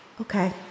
Okay